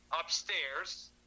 upstairs